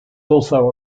also